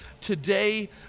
Today